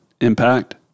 impact